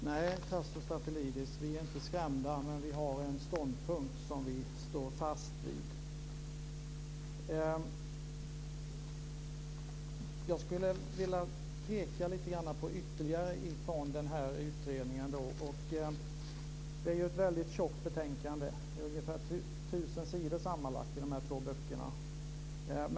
Herr talman! Nej, Tasso Stafilidis, vi är inte skrämda. Men vi har en ståndpunkt som vi står fast vid. Jag skulle vilja peka på något ytterligare från utredningen. Det är ett tjockt betänkande - ungefär 1 000 sidor sammanlagt i de två böckerna.